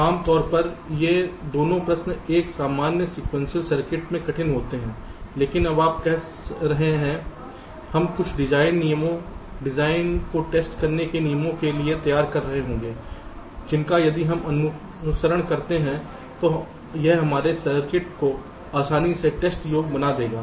आम तौर पर ये दोनों प्रश्न एक सामान्य सीक्वेंशियल सर्किट में कठिन होते हैं लेकिन अब आप कह रहे हैं हम कुछ डिजाइन नियमों डिजाइन को टेस्ट करने के नियमों के लिए तैयार कर रहे होंगे जिनका यदि हम अनुसरण करते हैं तो यह हमारे सर्किट को आसानी से टेस्ट योग्य बना देगा